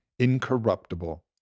incorruptible